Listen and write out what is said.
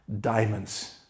diamonds